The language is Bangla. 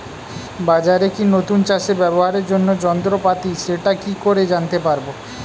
বাজারে কি নতুন চাষে ব্যবহারের জন্য যন্ত্রপাতি সেটা কি করে জানতে পারব?